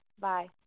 Bye